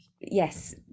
yes